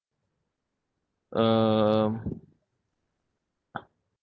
um